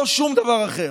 לא שום דבר אחר.